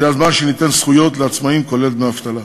הגיע הזמן שניתן זכויות לעצמאים, כולל דמי אבטלה,